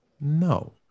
No